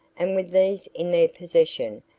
and with these in their possession,